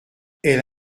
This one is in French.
elle